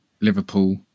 Liverpool